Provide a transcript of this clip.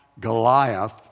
Goliath